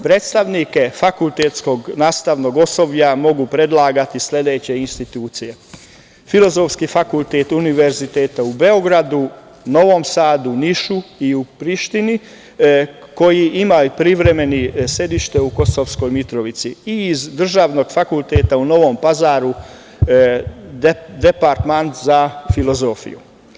Predstavnike fakultetskog nastavnog osoblja mogu predlagati sledeće institucije: Filozofski fakultet Univerziteta u Beogradu, Novom Sadu, Nišu i u Prištini koji ima privremeno sedište u Kosovskoj Mitrovici i iz državnog fakulteta u Novom Pazaru, departman za filozofiju.